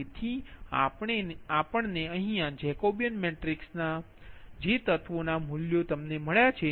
તેથી આપણેને અહીયા જેકોબીયન મેટ્રિક્સ ના અહીં જે તત્વોના મૂલ્યો તમને આ મળ્યાં છે